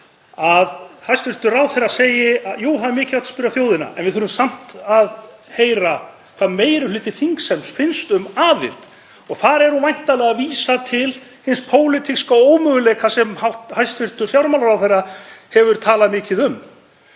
að hæstv. ráðherra segi: Jú, það er mikilvægt að spyrja þjóðina en við þurfum samt að heyra hvað meiri hluta þingheims finnst um aðild. Þar er hún væntanlega að vísa til hins pólitíska ómöguleika sem hæstv. fjármálaráðherra hefur talað mikið um.